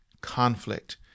conflict